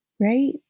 right